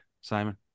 Simon